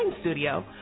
studio